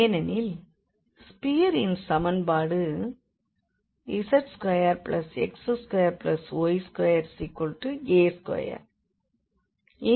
ஏனெனில் ஸ்பியரின் சமன்பாடு z2x2y2a2